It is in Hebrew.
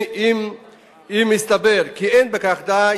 אם יסתבר כי אין בכך די,